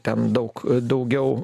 ten daug daugiau